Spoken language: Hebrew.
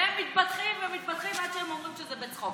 אם למורי הדרך הוא לא הסכים, על חשבונך?